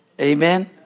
Amen